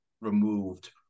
removed